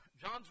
John's